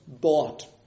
bought